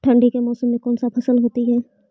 ठंडी के मौसम में कौन सा फसल होती है?